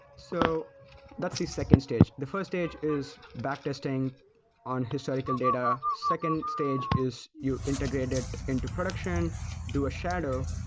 so that's the second stage. the first stage is back testing on historical data. second stage is you integrate it into production to a shadow.